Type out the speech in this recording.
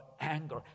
anger